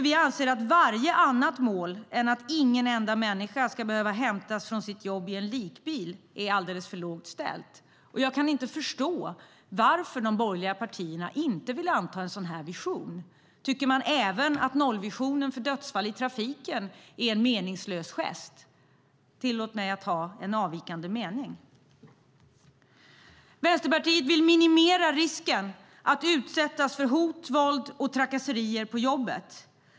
Vi anser att varje annat mål än att ingen enda människa ska behöva hämtas från sitt jobb i en likbil är alldeles för lågt ställt. Jag kan inte förstå varför de borgerliga partierna inte vill anta en sådan vision. Tycker man även att nollvisionen för dödsfall i trafiken är en meningslös gest? Tillåt mig ha en avvikande mening! Vänsterpartiet vill minimera risken för att utsättas för hot, våld och trakasserier på jobbet.